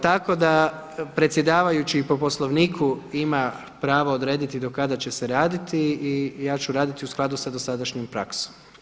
Tako da predsjedavajući po Poslovniku ima pravo odrediti do kada će se raditi i ja ću raditi u skladu sa dosadašnjom praksom.